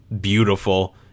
beautiful